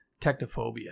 technophobia